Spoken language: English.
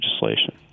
legislation